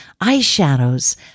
eyeshadows